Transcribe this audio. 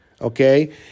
okay